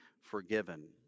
forgiven